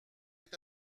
est